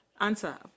Answer